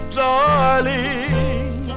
darling